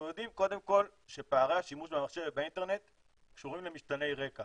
אנחנו יודעים קודם כל שפערי השימוש במחשב ובאינטרנט קשורים למשתני רקע